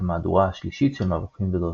המהדורה השלישית של מבוכים ודרקונים.